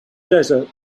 desert